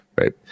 Right